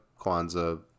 Kwanzaa